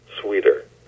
sweeter